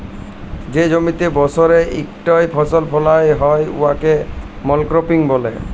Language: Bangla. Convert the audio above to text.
যে জমিতে বসরে ইকটই ফসল ফলাল হ্যয় উয়াকে মলক্রপিং ব্যলে